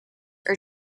are